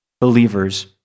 believers